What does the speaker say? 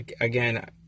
again